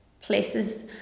places